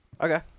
Okay